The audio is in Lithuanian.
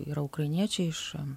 yra ukrainiečiai iš